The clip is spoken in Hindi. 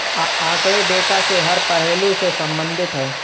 आंकड़े डेटा के हर पहलू से संबंधित है